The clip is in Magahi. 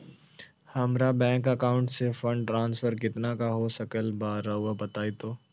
हमरा बैंक अकाउंट से फंड ट्रांसफर कितना का हो सकल बा रुआ बताई तो?